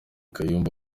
kayumba